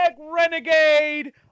renegade